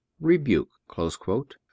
rebuke